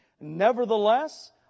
Nevertheless